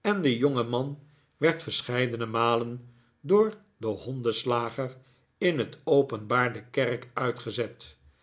en de jongeman werd verscheidene malen door den hondenslager in t openbaar de kerk uitgezet